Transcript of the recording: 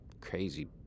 crazy